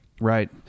Right